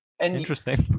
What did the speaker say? Interesting